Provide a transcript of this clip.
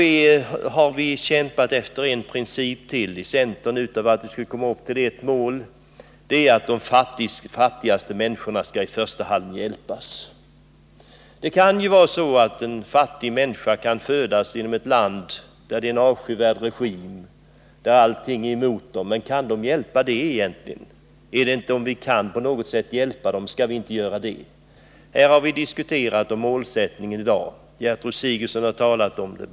Vi har inom centern kämpat för en princip till. utöver att vi skulle komma upp till 1 26 i u-hjälp. Det är att de fattigaste skall hjälpas i första hand. Fattiga människor kan ju födas i länder där det är avskyvärda regimer och där allting är emot dem. Men kan de hjälpa det egentligen? Om vi på något sätt kan hjälpa dem — skall vi inte göra det? Det har diskuterats om målsättningen i dag. Gertrud Sigurdsen har talat om det.